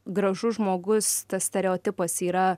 gražus žmogus tas stereotipas yra